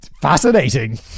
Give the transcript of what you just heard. fascinating